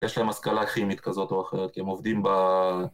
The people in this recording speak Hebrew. יש להם השכלה כימית כזאת או אחרת, כי הם עובדים ב...